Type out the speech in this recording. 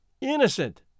innocent